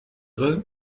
die